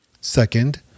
Second